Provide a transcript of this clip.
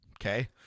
okay